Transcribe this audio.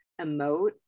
emote